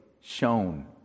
shown